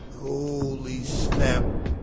holy snap